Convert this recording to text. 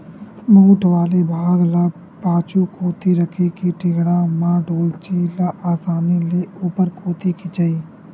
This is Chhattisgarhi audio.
मोठ वाले भाग ल पाछू कोती रखे के टेंड़ा म डोल्ची ल असानी ले ऊपर कोती खिंचय